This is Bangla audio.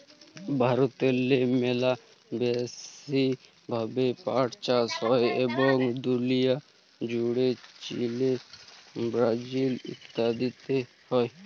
ভারতেল্লে ম্যালা ব্যাশি ভাবে পাট চাষ হ্যয় এবং দুলিয়া জ্যুড়ে চিলে, ব্রাজিল ইত্যাদিতে হ্যয়